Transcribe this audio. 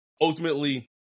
Ultimately